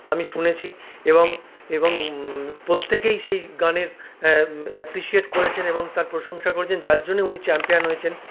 আমি শুনেছি এবং এবং প্রত্যেকেই সেই গানের অ্যাপ্রিসিয়েট করেছেন এবং তার প্রশংসা করেছেন যার জন্য উনি চ্যাম্পিয়ান হয়েছেন